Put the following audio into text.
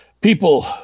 people